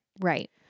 right